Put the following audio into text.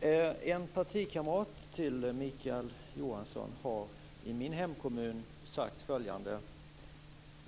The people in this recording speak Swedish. Fru talman! En partikamrat till Mikael Johansson har i min hemkommun sagt följande: